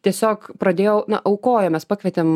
tiesiog pradėjau nuo aukojamės pakvietėm